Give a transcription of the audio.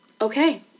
okay